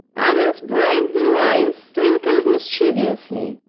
allan's bright blue eyes twinkled mischievously.